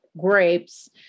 grapes